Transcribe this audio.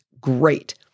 great